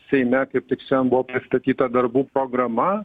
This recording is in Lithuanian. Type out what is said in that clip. seime kaip tik buvo pristatyta darbų programa